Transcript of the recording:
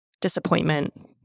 disappointment